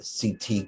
CT